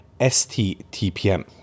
STTPM